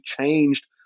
changed